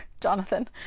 Jonathan